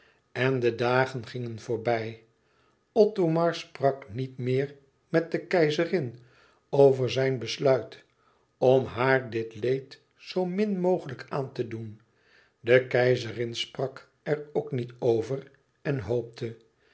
en de dagen gingen voorbij othomar sprak niet meer met de keizerin over zijn besluit om haar dit leed zoo min mogelijk aan te doen de keizerin sprak er ook niet over en hoopte